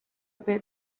bit